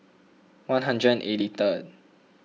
one hundred and eighty third